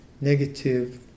negative